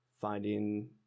finding